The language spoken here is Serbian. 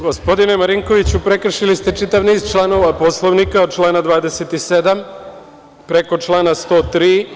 Gospodine Marinkoviću, prekršili ste čitav niz članova Poslovnika, od člana 27. preko člana 103.